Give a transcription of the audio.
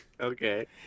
Okay